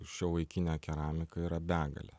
šiuolaikinę keramiką yra begalė